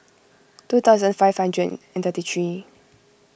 two thousand five hundred and thirty three